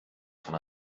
von